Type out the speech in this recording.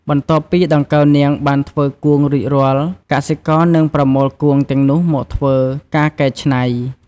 បន្ទាប់ពីដង្កូវនាងបានធ្វើគួងរួចរាល់ កសិករនឹងប្រមូលគួងទាំងនោះមកធ្វើការកែច្នៃ។